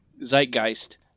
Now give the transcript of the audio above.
zeitgeist